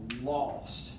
lost